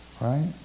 right